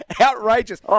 Outrageous